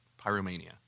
Pyromania